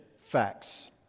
facts